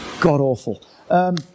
God-awful